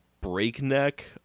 breakneck